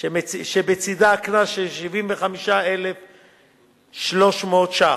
שבצדה קנס של 75,300 ש"ח,